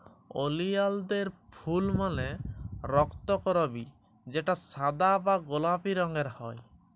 ওলিয়ালদের ফুল মালে রক্তকরবী যেটা সাদা বা গোলাপি রঙের হ্যয়